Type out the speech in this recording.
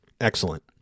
Excellent